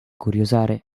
curiosare